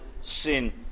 sin